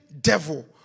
devil